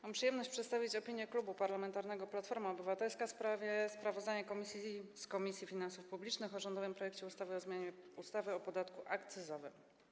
Mam przyjemność przedstawić opinię Klubu Parlamentarnego Platforma Obywatelska w sprawie sprawozdania Komisji Finansów Publicznych o rządowym projekcie ustawy o zmianie ustawy o podatku akcyzowym.